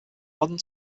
modern